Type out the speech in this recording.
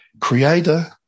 creator